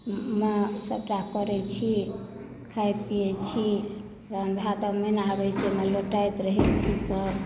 मे सबटा करय छी खाइ पियै छी ओइमे लोटाइत रहय छी सब